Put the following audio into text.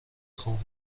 خوب